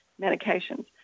medications